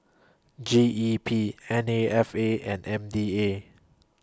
G E P N A F A and M D A